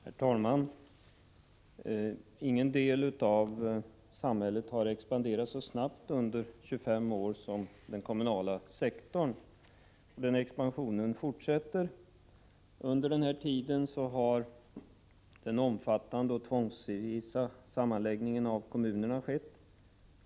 Herr talman! Ingen del av samhället har expanderat så snabbt under 25 år som den kommunala sektorn. Och den expansionen fortsätter. Under den här tiden har den omfattande och tvångsvisa sammanläggningen av kommunerna skett.